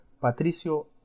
Patricio